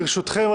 ברשותכם,